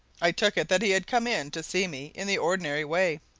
i took it that he had come in to see me in the ordinary way,